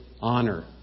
honor